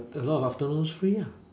a lot of afternoons free ah